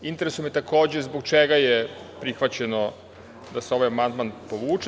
Interesuje me, takođe, zbog čega je prihvaćeno da se ovaj amandman povuče.